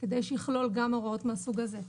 כדי שיכלול גם הוראות מסוג זה.